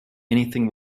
anything